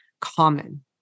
common